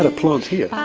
ah plant here?